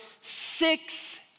six